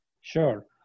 Sure